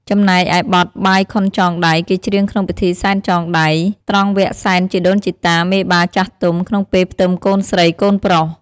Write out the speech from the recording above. ចំណែកឯបទបាយខុនចងដៃ គេច្រៀងក្នុងពិធីសែនចងដៃ ត្រង់វគ្គសែនជីដូនជីតាមេបាចាស់ទុំ ក្នុងពេលផ្ទឹមកូនស្រី កូនប្រុស។